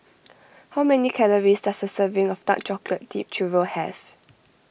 how many calories does a serving of Dark Chocolate Dipped Churro have